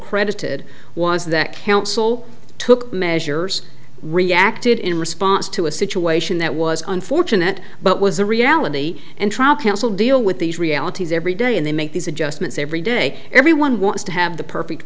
credited was that council took measures reacted in response to a situation that was unfortunate but was a reality and trial counsel deal with these realities every day and they make these adjustments every day everyone wants to have the perfect